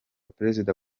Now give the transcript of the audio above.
perezida